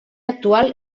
actual